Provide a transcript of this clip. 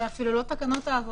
יואב, אלה אפילו לא תקנות העבודה.